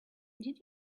did